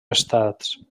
estats